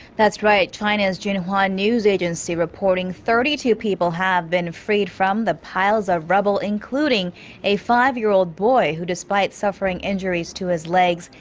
right. china's xinhua news agency reports thirty two people have been freed from the piles of rubble, including a five year old boy. who despite suffering injuries to his legs.